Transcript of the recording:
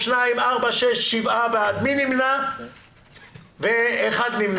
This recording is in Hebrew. שבעה בעד, נמנע אחד.